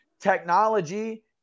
technology